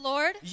Lord